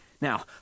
Now